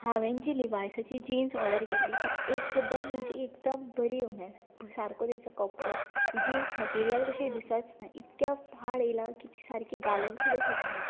हांवें जी लिवायसाची जीन्स ऑर्डर केल्ली ती एकदम म्हणजे एकदम बरी येवंक ना सारको तिचो कपडो जीन्स मटिरीयल कशी दिसच ना इतकें पाड आयलां की ती सारकी घालूंक सुद्दां शकना